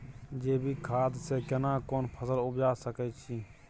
जैविक खाद से केना कोन फसल उपजा सकै छि?